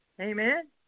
Amen